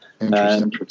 Interesting